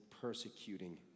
persecuting